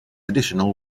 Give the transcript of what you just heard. additional